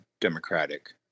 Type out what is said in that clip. Democratic